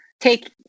take